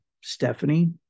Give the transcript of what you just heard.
Stephanie